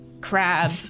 crab